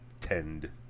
tend